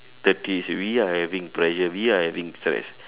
thirties we are having pressure we are having stress